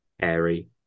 Airy